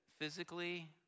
physically